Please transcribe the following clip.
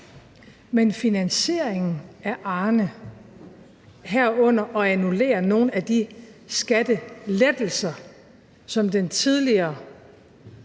Men finansieringen af pensionen til Arne, herunder annullering af nogle af de skattelettelser, som den tidligere